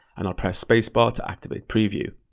and i'll press space bar to activate preview.